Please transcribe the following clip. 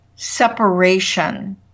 Separation